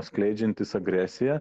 skleidžiantis agresiją